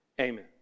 Amen